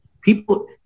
People